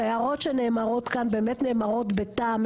שההערות שנאמרות כאן באמת נאמרות בטעם,